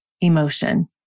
emotion